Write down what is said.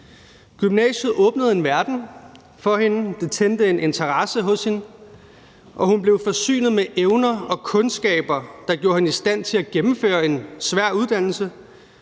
Gymnasiet åbnede en verden for hende, det tændte en interesse hos hende, og hun blev forsynet med evner og kundskaber, der gjorde hende i stand til at gennemføre en svær uddannelse,